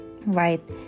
Right